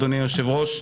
אדוני היושב-ראש,